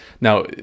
now